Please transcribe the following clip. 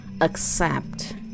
Accept